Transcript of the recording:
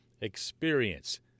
experience